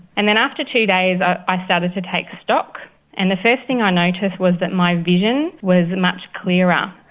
and then after two days i i started to take stock and the first thing i noticed was that my vision was much clearer.